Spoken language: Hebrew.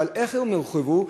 אבל איך הם הורחבו?